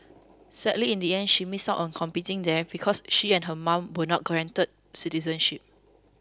sadly in the end she missed out on competing there because she and her mom were not granted citizenship